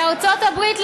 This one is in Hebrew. בארצות הברית,